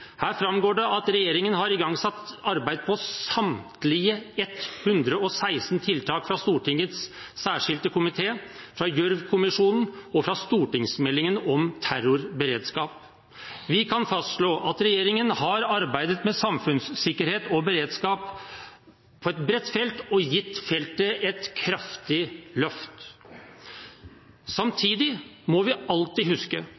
Her framgår det at regjeringen har igangsatt arbeid på samtlige 116 tiltak fra Stortingets særskilte komite, fra Gjørv-kommisjonen og fra stortingsmeldingen om terrorberedskap. Vi kan fastslå at regjeringen har arbeidet med samfunnssikkerhet og beredskap på et bredt felt og gitt feltet et kraftig løft. Samtidig må vi alltid huske